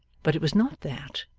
but it was not that,